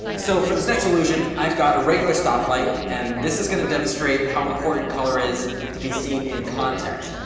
so for this next illusion, i've got a regular stoplight and this is going to demonstrate how important color is to be seen in context.